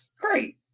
great